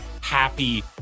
happy